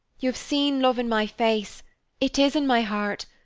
you have seen love in my face it is in my heart,